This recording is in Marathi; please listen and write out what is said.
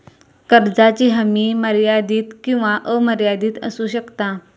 कर्जाची हमी मर्यादित किंवा अमर्यादित असू शकता